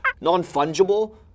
Non-fungible